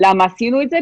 למה עשינו את זה?